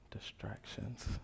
Distractions